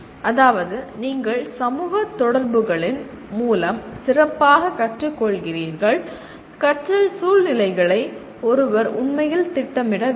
அதாவது நீங்கள் சமூக தொடர்புகளின் மூலம் சிறப்பாகக் கற்றுக்கொள்கிறீர்கள் கற்றல் சூழ்நிலைகளை ஒருவர் உண்மையில் திட்டமிட வேண்டும்